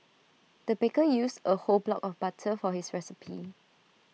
the baker used A whole block of butter for this recipe